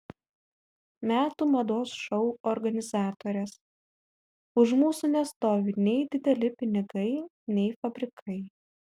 metų mados šou organizatorės už mūsų nestovi nei dideli pinigai nei fabrikai